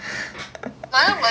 was solid